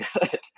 good